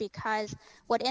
because what